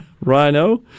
Rhino